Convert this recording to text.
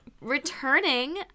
returning